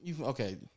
Okay